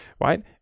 right